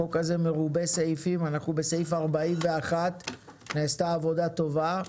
החוק הזה מרובה סעיפים ואנחנו בסעיף 41. נעשתה עבודה טובה.